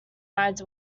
rides